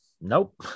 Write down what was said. Nope